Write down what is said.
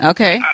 Okay